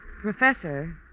Professor